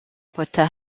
potter